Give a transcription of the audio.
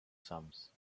sums